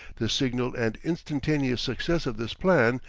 the signal and instantaneous success of this plan,